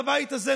בבית הזה,